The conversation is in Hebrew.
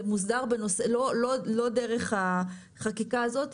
לא דרך החקיקה הזאת,